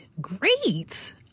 great